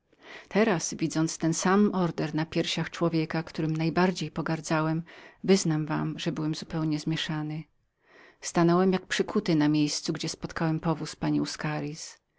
teraz widząc ten sam krzyż na piersiach człowieka którym najbardziej pogardzałem wyznam wam że byłem zupełnie zmieszany stanąłem jak przykuty na miejscu gdzie spotkałem powóz pani